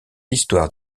l’histoire